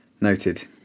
noted